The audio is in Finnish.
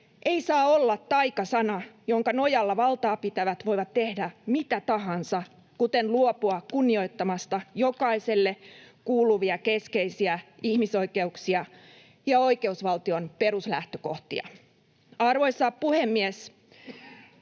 ei saa olla taikasana, jonka nojalla valtaapitävät voivat tehdä mitä tahansa, kuten luopua kunnioittamasta jokaiselle kuuluvia keskeisiä ihmisoikeuksia ja oikeusvaltion peruslähtökohtia. Arvoisa puhemies!